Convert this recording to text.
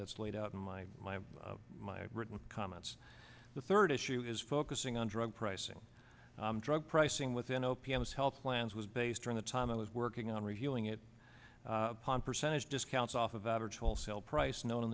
that's laid out in my my my written comments the third issue is focusing on drug pricing drug pricing within o p s health plans was based on the time i was working on reviewing it upon percentage discounts off of average wholesale price known in